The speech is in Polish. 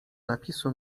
napisu